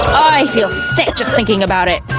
i feel sick just thinking about it.